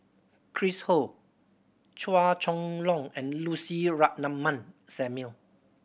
Chris Ho Chua Chong Long and Lucy Ratnammah Samuel